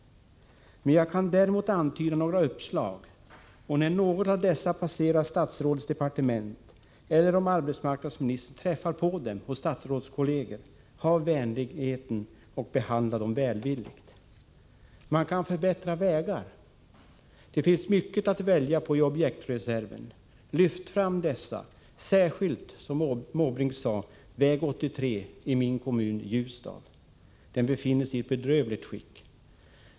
Däremot kan jag antyda några uppslag, och när något av dem passerar statsrådets departement eller påträffas hos statsrådskolleger vill jag be arbetsmarknadsministern ha vänligheten att behandla dem välvilligt. Man kan förbättra vägar. Det finns mycket att välja på i objektreserven. Lyft fram dessa, särskilt — som Bertil Måbrink nämnde — väg 83 i min kommun, Ljusdal, för den befinner sig i ett bedrövligt skick.